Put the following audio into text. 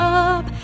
up